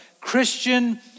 Christian